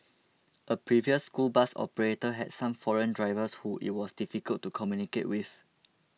a previous school bus operator had some foreign drivers who it was difficult to communicate with